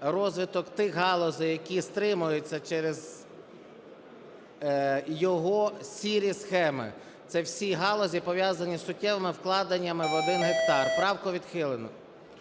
розвиток тих галузей, які стримуються через його "сірі" схеми. Це всі галузі, пов'язані з суттєвими вкладеннями в 1 гектар. Правку відхилено.